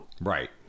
Right